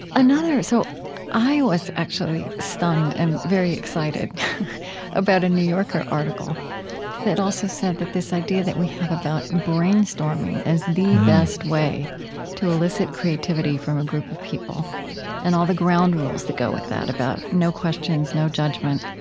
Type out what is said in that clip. another so i was actually stunned and very excited about a new yorker article that also said that this idea that we have about brainstorming as the best way to elicit creativity from a group of people and all the ground rules that go with that, about no questions, no judgment,